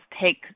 take